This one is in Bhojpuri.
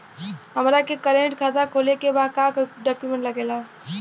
हमारा के करेंट खाता खोले के बा का डॉक्यूमेंट लागेला?